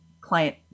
client